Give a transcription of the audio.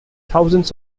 thousands